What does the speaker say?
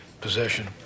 possession